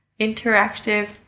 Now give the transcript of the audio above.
interactive